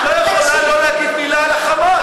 את לא יכולה שלא להגיד מילה על ה"חמאס".